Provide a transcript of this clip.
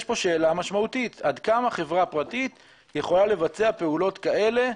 יש פה שאלה משמעותית עד כמה חברה פרטית יכולה לבצע פעולות כאלה,